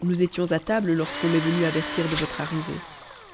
nous étions à table lorsqu'on m'est venu avertir de votre arrivée